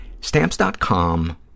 Stamps.com